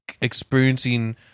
experiencing